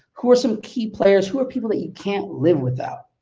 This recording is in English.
who are some key players, who are people that you can't live without?